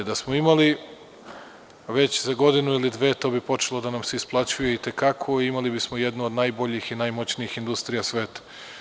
Da smo imali, za godinu ili dve to bi počelo da nam se isplaćuje i te kako i imali bismo jednu od najboljih i najmoćnijih industrija sveta.